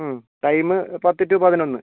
time പത്ത് to പതിനൊന്ന്